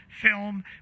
film